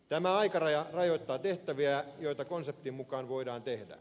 tämä aikaraja rajoittaa tehtäviä joita konseptin mukaan voidaan tehdä